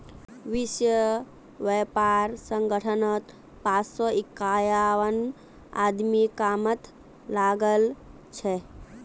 विश्व व्यापार संगठनत पांच सौ इक्यावन आदमी कामत लागल छ